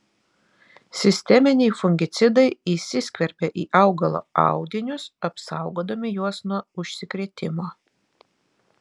sisteminiai fungicidai įsiskverbia į augalo audinius apsaugodami juos nuo užsikrėtimo